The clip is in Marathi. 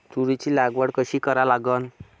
तुरीची लागवड कशी करा लागन?